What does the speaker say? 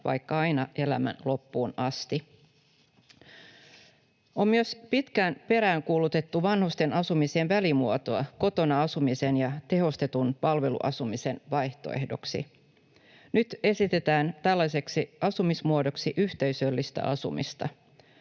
vaikka aina elämän loppuun asti. On myös pitkään peräänkuulutettu vanhusten asumiseen välimuotoa kotona asumisen ja tehostetun palveluasumisen vaihtoehdoksi. Nyt esitetään tällaiseksi asumismuodoksi yhteisöllistä asumista.